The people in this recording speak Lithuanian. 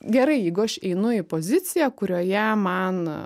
gerai jeigu aš einu į poziciją kurioje man